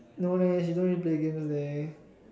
no leh she don't really play games leh